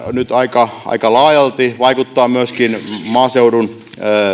nyt aika aika laajalti vaikuttaa myöskin maaseudun